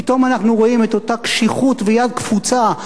פתאום אנחנו רואים את אותה קשיחות ויד קפוצה.